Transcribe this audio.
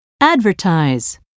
advertise